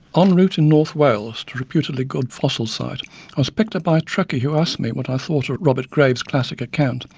um route in north wales to a reputedly good fossil site, i was picked up by a truckie who asked me what i thought of robert graves' classic account,